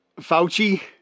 Fauci